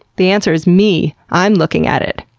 the answer is me. i'm looking at it.